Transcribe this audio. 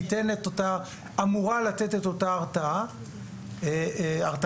אמורה לתת את אותה הרתעה אפקטיבית.